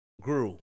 grew